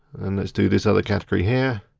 and let's do this other category here.